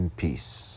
peace